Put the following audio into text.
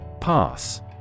Pass